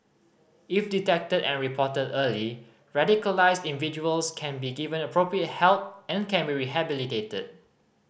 if detected and reported early radicalised individuals can be given appropriate help and can be rehabilitated